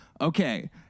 Okay